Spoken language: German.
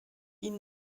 ihnen